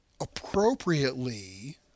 appropriately